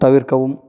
தவிர்க்கவும்